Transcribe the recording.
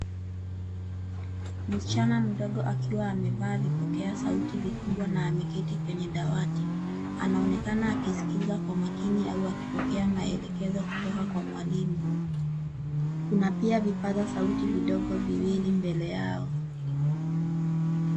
Msichana mdogo akiwa amevaa vipokea sauti vikubwa na ameketi kwenye dawati anaonekana akisikiza kwa makini au akipokaea maelekezo kutoka kwa mwalimu. Kuna pia vipaza sauti vidogo viwili mbele yao.